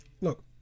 Look